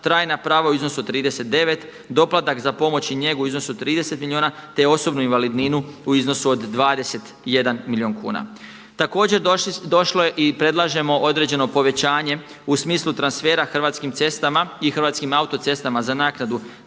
trajna prava u iznosu od 39, doplatak za pomoć i njegu u iznosu od 30 milijuna, te osobnu invalidninu u iznosu od 21 milijun kuna. Također došlo je i predlažemo određeno povećanje u smislu transfera Hrvatskim cestama i Hrvatskim autocestama za naknadu